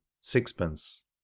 sixpence